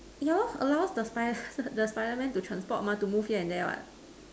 yeah allows the spider the spider man to transport to move here and there what